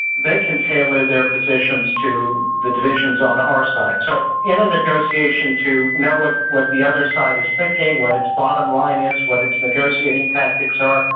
they can tailor their positions to the divisions on our side. so in a negotiation to know what what the other side is thinking, what its bottom line is, what its negotiating tactics are,